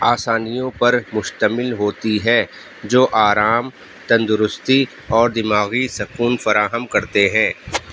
آسانیوں پر مشتمل ہوتی ہے جو آرام تندرستی اور دماغی سکون فراہم کرتے ہیں